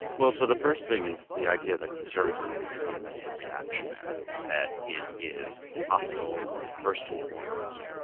well, so the first thing is the idea that conservatism is fundamentally reactionary. that it is hostile, first and foremost,